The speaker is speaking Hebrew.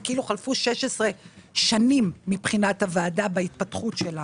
זה כאילו חלפו 16 שנים מבחינת הוועדה בהתפתחות שלה.